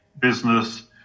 business